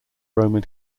roman